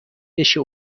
بشه